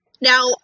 Now